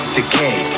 decay